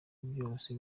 byose